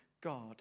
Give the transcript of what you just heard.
God